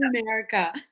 America